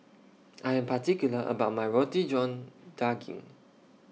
I Am particular about My Roti John Daging